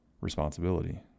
responsibility